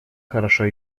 хорошо